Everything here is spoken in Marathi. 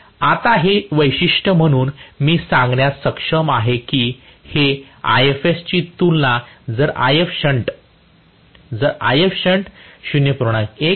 आता हे वैशिष्ट्य म्हणून मी हे सांगण्यास सक्षम आहे की हे Ifs ची तुलना जर Ifshunt जर Ifshunt 0